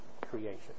creation